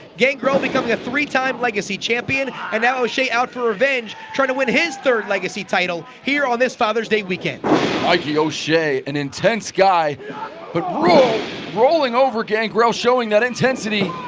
gangrel becoming a three time legacy champion and now oshea out for revenge trying to win his third legacy title here on this fathers day weekend. cc mikey o'shea and intense guy but rolling rolling over gangrel showing that intensity.